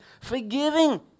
Forgiving